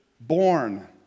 born